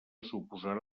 suposarà